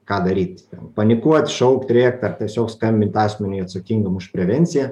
ką daryt panikuot šaukt rėkt ar tiesiog skambint asmeniui atsakingam už prevenciją